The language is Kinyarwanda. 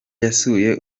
yasuye